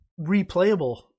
replayable